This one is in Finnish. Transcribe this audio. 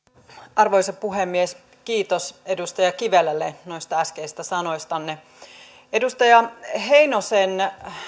arvoisa puhemies kiitos edustaja kivelälle noista äskeisistä sanoistanne edustaja heinosen